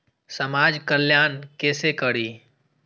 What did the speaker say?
समाज कल्याण केसे करी?